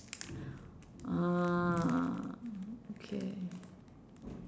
uh okay